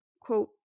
quote